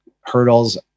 hurdles